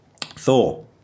Thor